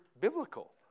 biblical